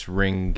ring